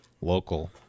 local